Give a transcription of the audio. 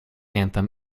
anthem